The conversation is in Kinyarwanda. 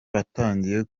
batangiye